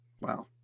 Wow